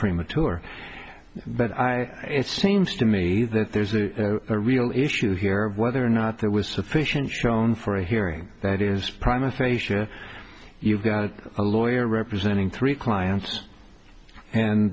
premature but i it seems to me that there's a real issue here of whether or not there was sufficient shown for a hearing that is primus facia you've got a lawyer representing three clients and